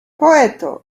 poeto